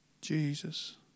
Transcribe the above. Jesus